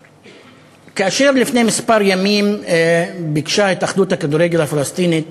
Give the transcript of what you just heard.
כאשר לפני כמה ימים ביקשה התאחדות הכדורגל הפלסטינית